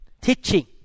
teaching